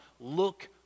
look